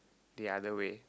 the other way